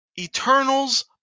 Eternals